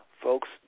folks